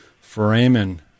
foramen